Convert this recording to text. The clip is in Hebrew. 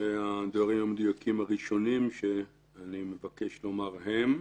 והדברים המדויקים הראשונים שאני מבקש לומר הם,